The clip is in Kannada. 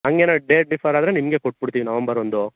ಹಂಗೇನಾರು ಡೇಟ್ ಡಿಫರ್ ಆದರೆ ನಿಮಗೆ ಕೊಟ್ಟುಬಿಡ್ತಿವಿ ನವೆಂಬರ್ ಒಂದು